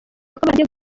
batangiye